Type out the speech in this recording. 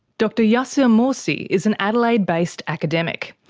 dr yassir morsi is an adelaide-based academic.